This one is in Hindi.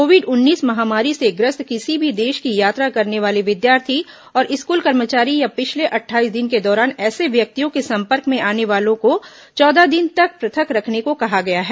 कोविड उन्नीस महामारी से ग्रस्त किसी भी देष की यात्रा करने वाले विद्यार्थी और स्कूल कर्मचारी या पिछले अट्ठाईस दिन के दौरान ऐसे व्यक्तियों के संपर्क में आने वालों को चौदह दिन तक पृथक रखने को कहा गया है